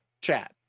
chat